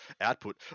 output